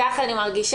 כך אני מרגישה.